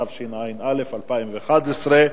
התשע"א 2011,